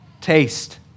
Taste